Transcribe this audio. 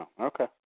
Okay